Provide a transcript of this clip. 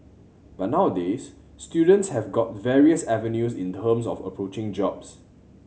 but nowadays students have got various avenues in terms of approaching jobs